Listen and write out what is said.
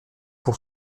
pour